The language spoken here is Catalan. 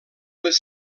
les